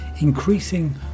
increasing